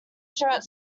shirt